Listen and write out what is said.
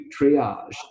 triage